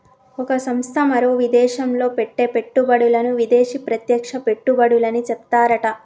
ఒక సంస్థ మరో విదేశంలో పెట్టే పెట్టుబడులను విదేశీ ప్రత్యక్ష పెట్టుబడులని చెప్తారట